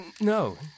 No